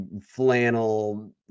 flannel